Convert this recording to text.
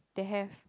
they have